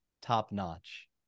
top-notch